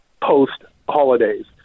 post-holidays